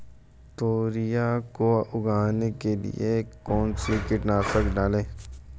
तोरियां को उगाने के लिये कौन सी कीटनाशक डालें?